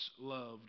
loved